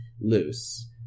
loose